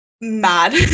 mad